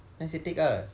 then I say take ah